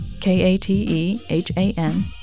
K-A-T-E-H-A-N